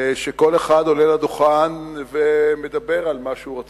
שכל אחד עולה לדוכן ומדבר על מה שהוא רוצה,